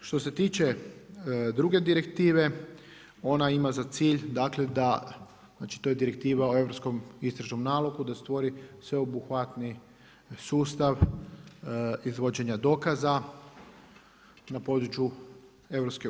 Što se tiče druge direktive, ona ima za cilj da znači to je Direktiva o Europskom istražnom nalogu da stvori sveobuhvatni sustav izvođenja dokaza na području EU.